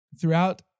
throughout